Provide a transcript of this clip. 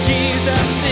Jesus